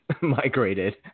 migrated